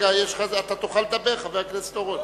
תוכל לדבר, חבר הכנסת אורון.